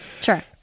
Sure